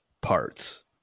parts